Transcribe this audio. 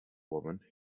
woman